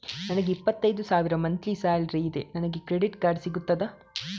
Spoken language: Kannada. ನನಗೆ ಇಪ್ಪತ್ತೈದು ಸಾವಿರ ಮಂತ್ಲಿ ಸಾಲರಿ ಇದೆ, ನನಗೆ ಕ್ರೆಡಿಟ್ ಕಾರ್ಡ್ ಸಿಗುತ್ತದಾ?